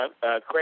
Craig